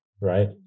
Right